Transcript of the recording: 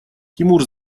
тимур